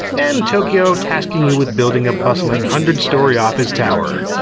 and tokyo tasking you with building a bustling hundred-story office tower.